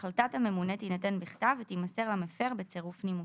החלטת הממונה תינתן בכתב ותימסר למפר בצירוף נימוקים.